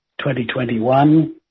2021